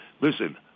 Listen